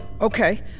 Okay